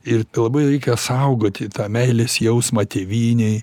ir labai reikia saugoti tą meilės jausmą tėvynei